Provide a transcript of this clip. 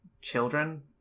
children